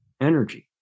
energy